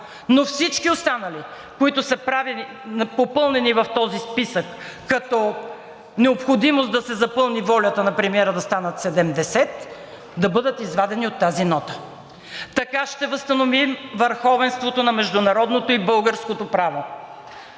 Но всички останали, които са попълнени в този списък като необходимост да се запълни волята на премиера да станат 70, да бъдат извадени от тази нота. Така ще възстановим върховенството на международното и българското право.